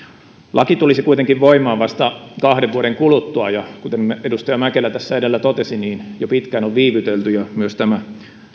laki tulisi kuitenkin voimaan vasta kahden vuoden kuluttua ja kuten edustaja mäkelä tässä edellä totesi jo pitkään on viivytelty ja tämä